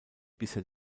bisher